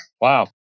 Wow